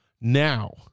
Now